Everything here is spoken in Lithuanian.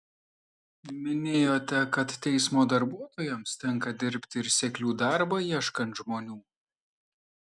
minėjote kad teismo darbuotojams tenka dirbti ir seklių darbą ieškant žmonių